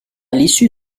l’issue